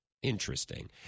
interesting